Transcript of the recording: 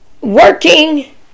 working